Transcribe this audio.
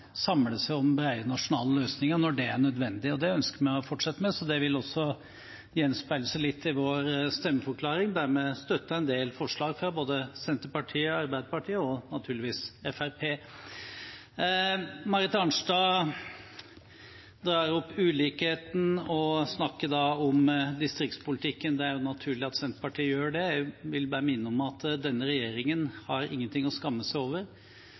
samle seg om brede nasjonale løsninger når det er nødvendig. Det ønsker vi å fortsette med, så det vil også gjenspeile seg litt i vår stemmeforklaring, for vi støtter en del forslag fra både Senterpartiet, Arbeiderpartiet og – naturligvis – Fremskrittspartiet. Marit Arnstad trekker fram ulikhet og snakker om distriktspolitikk. Det er jo naturlig at Senterpartiet gjør det. Jeg vil bare minne om at denne regjeringen ikke har noe å skamme seg over.